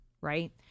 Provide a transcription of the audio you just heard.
Right